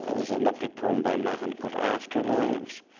ah there's a lovely poem by mahon called afterlives.